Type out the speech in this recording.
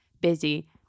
busy